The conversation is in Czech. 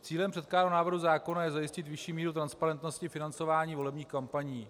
Cílem předkládaného návrhu zákona je zajistit vyšší míru transparentnosti financování volebních kampaní.